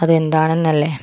അതെന്താണെന്നല്ലേ